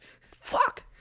Fuck